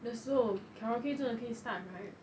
的时候 karaoke 真的可以 start right